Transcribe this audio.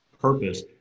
purpose